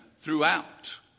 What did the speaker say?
throughout